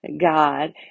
God